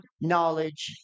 knowledge